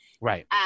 Right